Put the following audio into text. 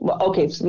okay